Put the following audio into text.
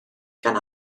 gan